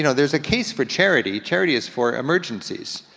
you know there's a case for charity. charity is for emergencies.